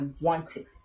wanted